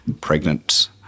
pregnant